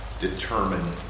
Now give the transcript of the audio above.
determine